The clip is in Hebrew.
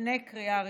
לפני קריאה ראשונה.